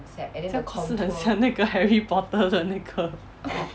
是很像那个 harry potter 的那个